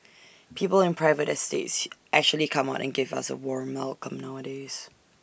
people in private estates actually come out and give us A warm welcome nowadays